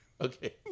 Okay